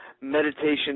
meditation